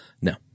No